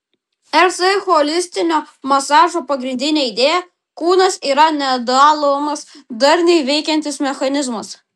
rs holistinio masažo pagrindinė idėja kūnas yra nedalomas darniai veikiantis mechanizmas